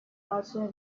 archer